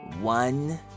One